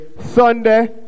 Sunday